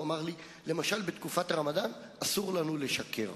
הוא אמר לי: למשל בתקופת הרמדאן אסור לנו לשקר.